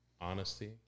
Honesty